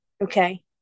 okay